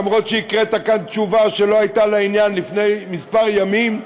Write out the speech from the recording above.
למרות שהקראת כאן תשובה שלא הייתה לעניין לפני כמה ימים,